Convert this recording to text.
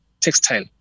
textile